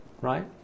right